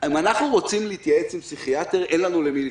אם אנחנו רוצים להתייעץ עם פסיכיאטר אין לנו אל מי להתקשר.